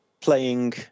playing